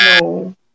No